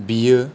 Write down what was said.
बियो